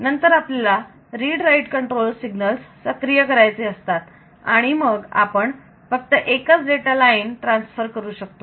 नंतर आपल्याला read write control signals सक्रिय करायचे असतात आणि मग आपण फक्त एकच डेटा लाईन ट्रान्सफर करू शकतो